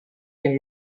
que